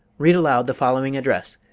read aloud the following address,